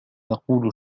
أقول